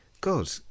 God